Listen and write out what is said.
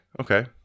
Okay